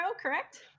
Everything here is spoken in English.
correct